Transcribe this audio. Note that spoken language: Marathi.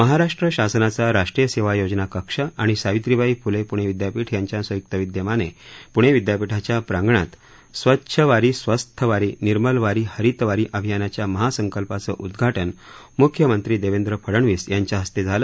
महाराष्ट्र शासनाचा राष्ट्रीय सेवा योजना कक्ष आणि सावित्रीबाई फुले पुणे विद्यापीठ यांच्या संयुक्त विद्यमाने पुणे विद्यापीठाच्या प्रांगणात स्वच्छ वारी स्वस्थ वारी निर्मल वारी हरित वारी अभियानाच्या महासंकल्पाचे उदघाटन मुख्यमंत्री देवेंद्र फडनवीस यांच्या हस्ते झाले